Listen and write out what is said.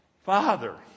Father